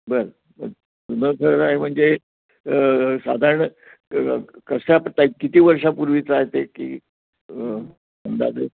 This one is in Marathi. बरं जुनं घर आहे म्हणजे साधारण कशा टाइप किती वर्षापूर्वीच आहे ते की अंदाजे